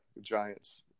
Giants